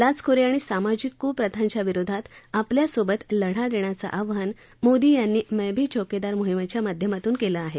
लाचखोरी आणि सामाजिक कुप्रथांच्या विरोधात आपल्यासोबत लढा देण्याचं आवाहन मोदी यांनी मै भी चौकीदार मोहीमेच्या माध्यमातून केलं आहे